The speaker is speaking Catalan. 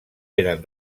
eren